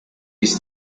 use